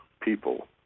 people